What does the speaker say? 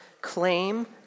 Claim